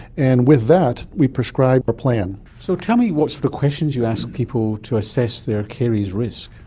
and with that we prescribe our plan. so tell me what sort questions you ask people to assess their caries risk.